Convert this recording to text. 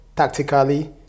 Tactically